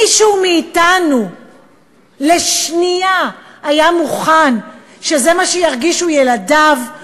מישהו מאתנו לשנייה היה מוכן שזה מה שירגישו ילדיו,